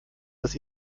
was